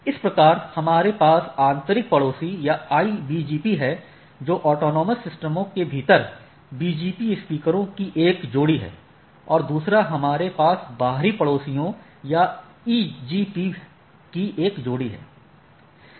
इस प्रकार हमारे पास आंतरिक पड़ोसी या IBGP है जो ऑटॉनमस सिस्टमों के भीतर BGP सपीकरों की एक जोड़ी है और दूसरा हमारे पास बाहरी पड़ोसीयों या EBGP कि एक जोड़ी है